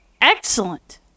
Excellent